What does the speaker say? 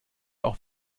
auch